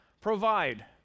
provide